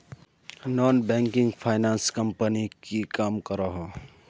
Non banking finance company की काम करोहो?